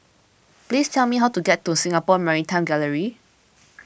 please tell me how to get to Singapore Maritime Gallery